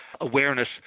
awareness